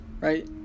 right